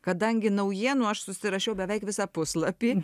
kadangi naujienų aš susirašiau beveik visą puslapį